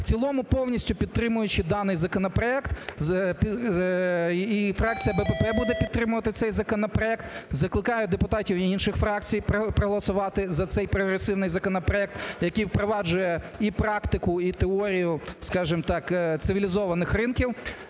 В цілому повністю підтримуючи даний законопроект, і фракція БПП буде підтримувати цей законопроект, закликаю депутатів і інших фракцій проголосувати за цей прогресивний законопроект, який впроваджує і практику, і теорію, скажімо так, цивілізованих ринків.